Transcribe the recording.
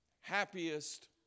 happiest